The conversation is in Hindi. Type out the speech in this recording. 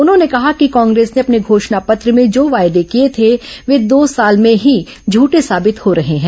उन्होंने कहा कि कांग्रेस ने अपने घोषणा पत्र में जो वायदे किए थे वे दो साल में ही झूठे साबित हो रहे हैं